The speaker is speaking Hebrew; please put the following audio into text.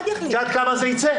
את יודעת כמה זה יצא?